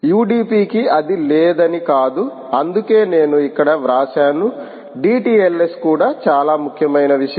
యుడిపికి అది లేదని కాదు అందుకే నేను ఇక్కడ వ్రాశాను డిటిఎల్ఎస్ కూడా చాలా ముఖ్యమైన విషయం